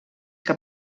que